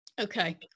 okay